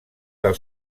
del